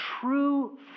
true